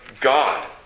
God